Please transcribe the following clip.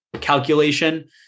calculation